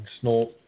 snort